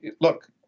Look